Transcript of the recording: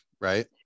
right